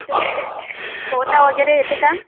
तिथं पोहता वगैरे येते का